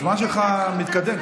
הזמן שלך מתקדם,